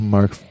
Mark